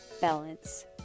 balance